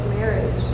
marriage